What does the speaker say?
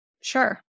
Sure